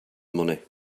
money